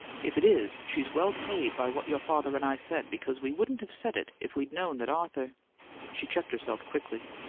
if it is, she's well paid by what your father and i said, because we wouldn't have said it if we'd known that arthur she checked herself quickly.